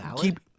keep